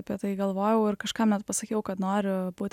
apie tai galvojau ir kažkam net pasakiau kad noriu būt